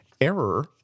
Error